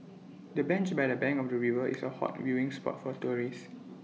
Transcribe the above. the bench by the bank of the river is A hot viewing spot for tourists